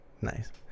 Nice